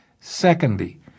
Secondly